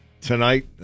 tonight